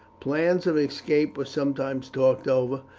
plans of escape were sometimes talked over,